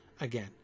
again